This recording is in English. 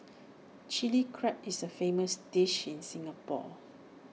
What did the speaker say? Chilli Crab is A famous dish in Singapore